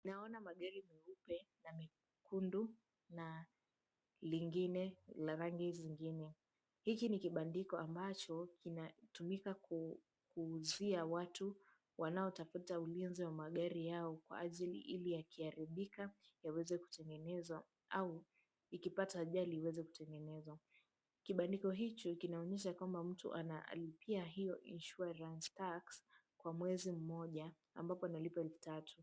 Naona magari meupe na mekundu na lingine la rangi zingine. Hiki ni kibandiko ambacho kinatumika kuuzia watu wanaotafuta ulinzi wa magari yao kwa ajili ili yakiharibika yaweze kutengenezwa au ikipata ajali iweze kutengenezwa. Kibandiko hicho kinaonyesha kwamba mtu analipia hio insuarance tax kwa mwezi mmoja ambapo analipa elfu tatu.